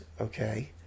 okay